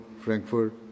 Frankfurt